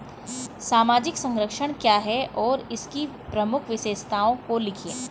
सामाजिक संरक्षण क्या है और इसकी प्रमुख विशेषताओं को लिखिए?